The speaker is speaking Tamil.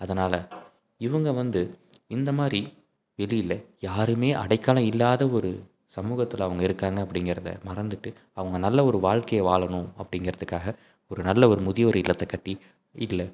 அதனால் இவங்க வந்து இந்தமாதிரி வெளியில் யாரும் அடைக்கலம் இல்லாத ஒரு சமூகத்தில் அவங்க இருக்காங்க அப்படிங்கிறத மறந்துட்டு அவங்க நல்ல ஒரு வாழ்க்கைய வாழணும் அப்படிங்கிறதுக்காக ஒரு நல்ல ஒரு முதியோர் இல்லத்தை கட்டி இதில்